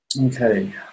Okay